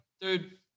dude